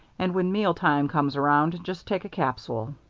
and when meal time comes around, just take a capsule.